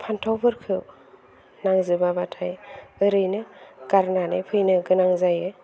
फान्थावफोरखौ नांजोबा बाथाय ओरैनो गारनानै फैनो गोनां जायो